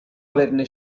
averne